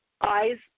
eyes